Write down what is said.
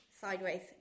sideways